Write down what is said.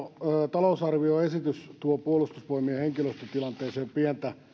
talousarvioesitys tuo puolustusvoimien henkilöstötilanteeseen pientä